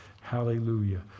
Hallelujah